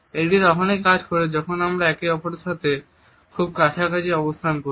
এটি তখনই কাজ করতে পারে যখন আমরা একে অপরের সাথে খুব কাছাকাছি অবস্থান করি